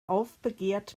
aufbegehrt